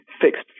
Fixed